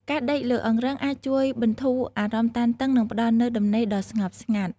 ការដេកលើអង្រឹងអាចជួយបន្ធូរអារម្មណ៍តានតឹង និងផ្តល់នូវដំណេកដ៏ស្ងប់ស្ងាត់។